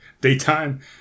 Daytime